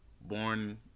Born